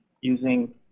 using